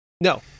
No